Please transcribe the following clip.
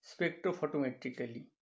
spectrophotometrically